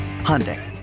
Hyundai